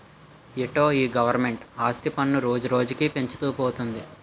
ఏటో ఈ గవరమెంటు ఆస్తి పన్ను రోజురోజుకీ పెంచుతూ పోతంది